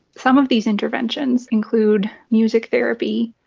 some of these interventions include music therapy,